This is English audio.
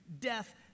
death